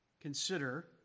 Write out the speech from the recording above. Consider